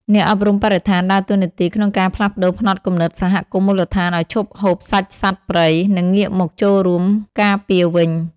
អ្នកអប់រំបរិស្ថានដើរតួនាទីក្នុងការផ្លាស់ប្តូរផ្នត់គំនិតសហគមន៍មូលដ្ឋានឱ្យឈប់ហូបសាច់សត្វព្រៃ និងងាកមកចូលរួមការពារវិញ។